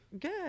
Good